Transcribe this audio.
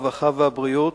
הרווחה והבריאות,